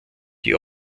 die